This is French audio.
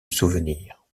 souvenirs